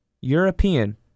European